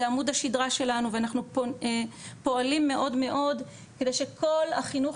זה עמוד השידרה שלנו ואנחנו פועלים מאוד מאוד כדי שכל החינוך